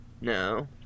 No